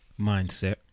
mindset